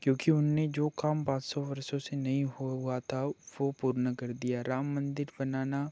क्योंकी उन्होंने जो काम पाँच सौ वर्षों से नहीं हुआ उआ था वो पूर्ण कर दिया राम मंदिर बनाना